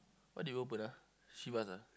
what do you open ah Chivas ah